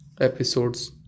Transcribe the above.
episodes